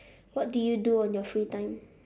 what do you do on your free time